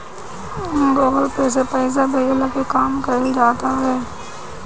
Google pay से पईसा भेजला के काम कईल जात हवे